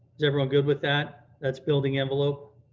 is everyone good with that? that's building envelope.